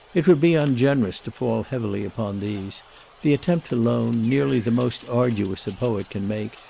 it would be ungenerous to fall heavily upon these the attempt alone, nearly the most arduous a poet can make,